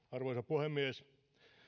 arvoisa puhemies